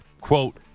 quote